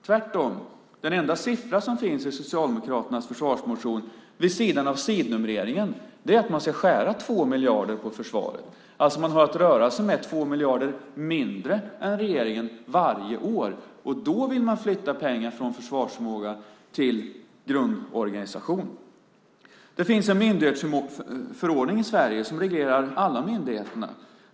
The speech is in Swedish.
Tvärtom är den enda siffran i Socialdemokraternas försvarsmotion, bortsett från sidnumreringen, 2 miljarder i nedskärningar inom försvaret. Man har alltså varje år att röra sig med 2 miljarder mindre än regeringen. Då vill man flytta pengar, från försvarsförmågan till grundorganisationen. Det finns en myndighetsförordning i Sverige som reglerar alla myndigheters verksamhet.